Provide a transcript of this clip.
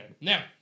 Now